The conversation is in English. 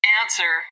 answer